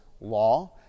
law